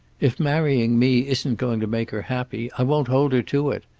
if marrying me isn't going to make her happy, i won't hold her to it.